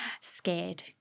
Scared